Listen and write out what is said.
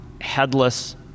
headless